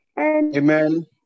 Amen